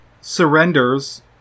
surrenders